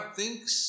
thinks